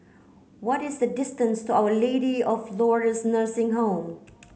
what is the distance to our Lady of Lourdes Nursing Home